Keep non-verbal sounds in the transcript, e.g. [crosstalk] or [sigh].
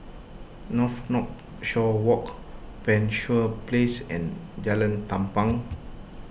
[unintelligible] shore Walk Penshurst Place and Jalan Tampang